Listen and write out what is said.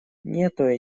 нету